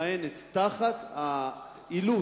מכהנת תחת האילוץ